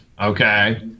okay